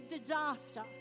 disaster